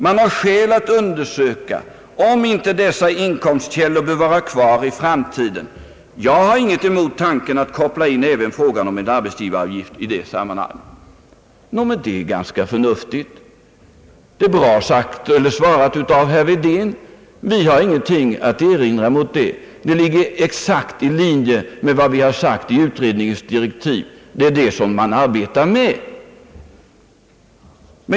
Man har skäl att undersöka om inte dessa inkomstkällor bör vara kvar i framtiden. Jag har ingenting emot tanken att koppla in även frågan om en arbetsgivaravgift i det sammanhanget. Det är ganska förnuftigt. Det är bra svarat av herr Wedén. Vi har ingenting att erinra mot det. Det ligger exakt i linje med vad vi sagt i utredningens direktiv. Det är det som man arbetar med.